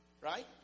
Right